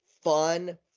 fun